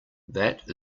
that